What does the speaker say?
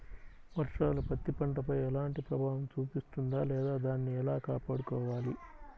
వర్షాలు పత్తి పంటపై ఎలాంటి ప్రభావం చూపిస్తుంద లేదా దానిని ఎలా కాపాడుకోవాలి?